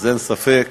אין ספק